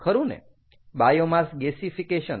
biomass gasification